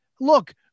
Look